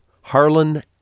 Harlan